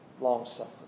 long-suffering